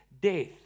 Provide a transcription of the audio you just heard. death